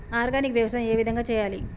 Organic వ్యవసాయం ఏ విధంగా చేయాలి?